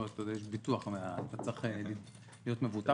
אתה יודע, יש ביטוח ואתה צריך להיות מבוטח.